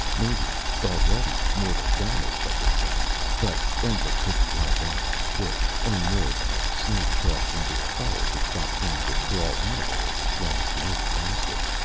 maybe, already, mortal damage had been done. but endlich couldn't lie down and quit, any more than a snake, tossed into a fire, could stop trying to crawl out of it, as long as life lasted.